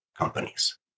companies